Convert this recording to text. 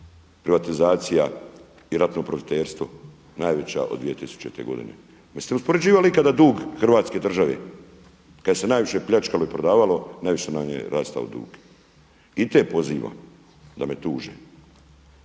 privatizacija i ratno profiterstvo najveća od 2000. godine. Jeste li uspoređivali ikada dug hrvatske države, kad se najviše pljačkalo i prodavalo najviše nam je rastao dug. I te pozivam da me tuže.